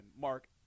Mark